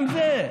גם זה.